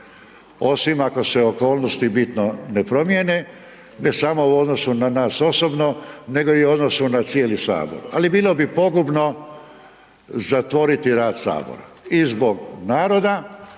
osim ako se okolnosti bitno ne promijene, ne samo u odnosu na nas osobno nego i u odnosu na cijeli sabor, ali bilo bi pogubno zatvoriti rad sabora i zbog naroda